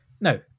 No